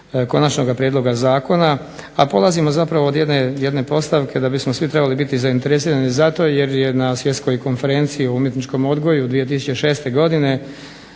konačnoga prijedloga zakona, a polazimo zapravo od jedne postavke da bismo svi trebali biti zainteresirani za to jer je na Svjetskoj konferenciji o umjetničkom odgoju 2006. godine